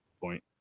point